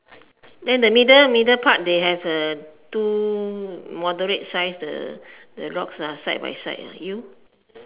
then the middle middle part they have the two moderate size the the rocks ah side by side ah you